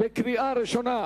בקריאה ראשונה.